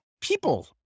people